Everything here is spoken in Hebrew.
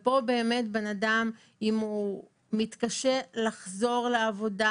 אם בן אדם מתקשה לחזור לעבודה,